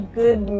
good